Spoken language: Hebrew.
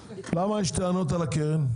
למה יש לעסקים טענות על הקרן?